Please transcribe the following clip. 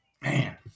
Man